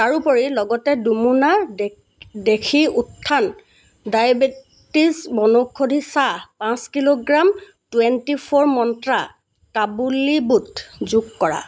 তাৰোপৰি লগতে দুই মোনা দেশী উত্থান ডায়েবেটিছ বনৌষধি চাহ পাঁচ কিলোগ্ৰাম টুৱেণ্টি ফ'ৰ মন্ত্ৰা কাবুলী বুট যোগ কৰা